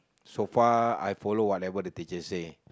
so far I follow whatever the teacher say